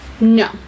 No